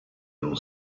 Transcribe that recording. non